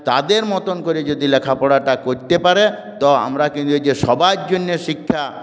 তাদের মতন করে যদি লেখা পড়াটা করতে পারে তো আমরা কিন্তু যে সবার জন্যে শিক্ষা